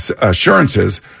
assurances